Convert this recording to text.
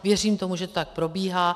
Věřím tomu, že to tak probíhá.